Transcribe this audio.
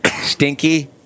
Stinky